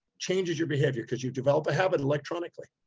changes your behavior because you develop a habit electronically.